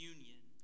Union